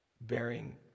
bearing